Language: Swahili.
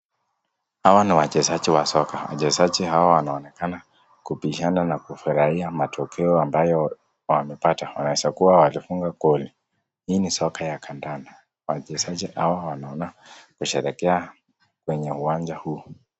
Hawa ni wachezaji wa soka. Wachezaji hawa wanaonekana kubishana na kufurahia matokeo ambayo wamepata. Wanaweza kuwa walifunga goli. Hii ni soka ya kandanda. Wachezaji hawa wanaonekana kusherehekea kwenye uwanja huu.